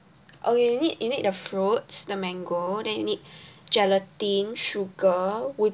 oh you need you need the fruits the mango then you need gelatin sugar